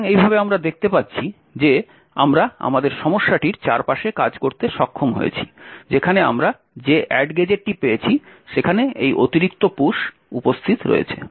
সুতরাং এইভাবে আমরা দেখতে পাচ্ছি যে আমরা আমাদের সমস্যাটির চারপাশে কাজ করতে সক্ষম হয়েছি যেখানে আমরা যে অ্যাড গ্যাজেটটি পেয়েছি সেখানে এই অতিরিক্ত পুশ উপস্থিত রয়েছে